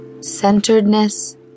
centeredness